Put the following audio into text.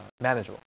manageable